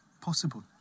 possible